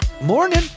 Morning